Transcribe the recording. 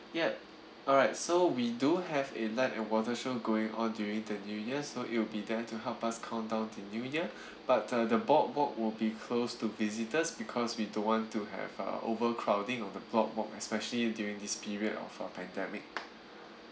yup alright so we do have a light and water show going on during the new year so it will be there to help us count down to new year but uh the boardwalk would be closed to visitors because we don't want to have uh overcrowding of the boardwalk especially during this period of uh pandemic